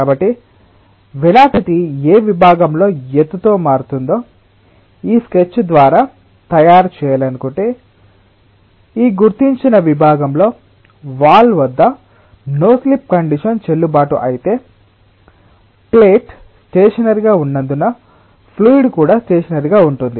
కాబట్టి వేలాసిటి ఏ విభాగంలో ఎత్తుతో మారుతుందో ఈ స్కెచ్ ద్వార తయారు చేయాలనుకుంటే ఈ గుర్తించిన విభాగంలో వాల్ వద్ద నో స్లిప్ కండిషన్ చెల్లుబాటు అయితే ప్లేట్ స్టేషనరిగా ఉన్నందున ఫ్లూయిడ్ కూడా స్టేషనరిగా ఉంటుంది